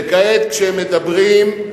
וכעת, כשהם מדברים,